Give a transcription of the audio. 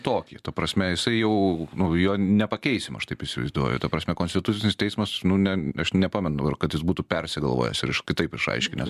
tokį ta prasme jisai jau nu jo nepakeisim aš taip įsivaizduoju ta prasme konstitucinis teismas nu ne aš nepamenu dabar kad jis būtų persigalvojęs ir iš kitaip išaiškinęs